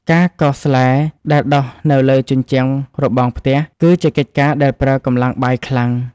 ការកោសស្លែដែលដុះនៅលើជញ្ជាំងរបងផ្ទះ គឺជាកិច្ចការដែលប្រើកម្លាំងបាយខ្លាំង។